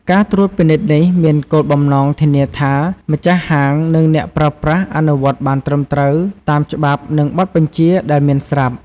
ការត្រួតពិនិត្យនេះមានគោលបំណងធានាថា ម្ចាស់ហាង និងអ្នកប្រើប្រាស់ អនុវត្តបានត្រឹមត្រូវតាមច្បាប់ និងបទបញ្ជាដែលមានស្រាប់។